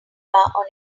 sidebar